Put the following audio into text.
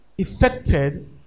affected